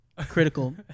Critical